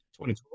2012